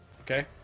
Okay